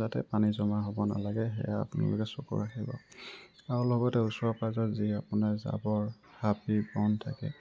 যাতে পানী জমা হ'ব নালাগে সেয়া আপোনালোকে চকু ৰাখিব আৰু লগতে ওচৰ পাঁজৰৰ যি আপোনাৰ জাবৰ হাবি বন থাকে